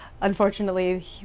unfortunately